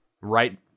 right